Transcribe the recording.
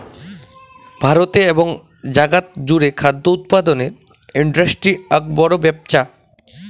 ভারতে এবং জাগাত জুড়ে খাদ্য উৎপাদনের ইন্ডাস্ট্রি আক বড় ব্যপছা